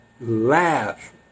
Laugh